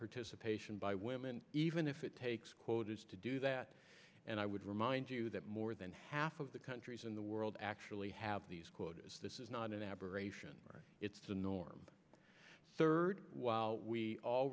participation by women even if it takes quotas to do that and i would remind you that more than half of the countries in the world actually have these quotas this is not an aberration it's the norm third while we all